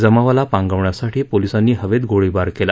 जमावाला पांगवण्यासाठी पोलिसांनी हवेत गोळीबार केला